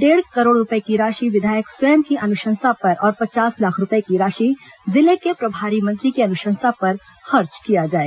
डेढ़ करोड़ रूपये की राशि विधायक स्वयं की अनुशंसा पर और पचास लाख रूपये की राशि जिले के प्रभारी मंत्री की अनुशंसा पर खर्च किया जाएगा